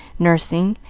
nursing,